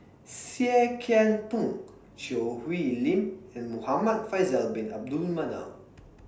Seah Kian Peng Choo Hwee Lim and Muhamad Faisal Bin Abdul Manap